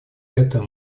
это